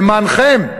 למענכם.